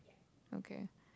okay